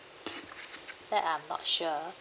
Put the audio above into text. that I'm not sure